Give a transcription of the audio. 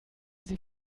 sie